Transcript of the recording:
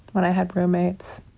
when i had roommates